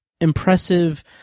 impressive